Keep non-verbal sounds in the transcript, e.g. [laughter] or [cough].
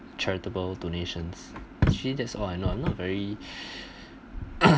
charitable donations actually that all I know ah not very [breath]